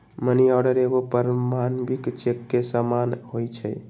money order एगो प्रमाणिक cheque के समान होइ छै